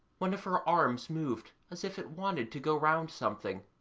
one of her arms moved as if it wanted to go round something,